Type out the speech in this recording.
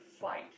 fight